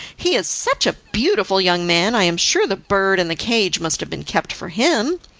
he is such a beautiful young man i am sure the bird and the cage must have been kept for him.